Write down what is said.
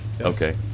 Okay